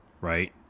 right